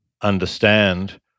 understand